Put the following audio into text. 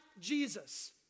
Jesus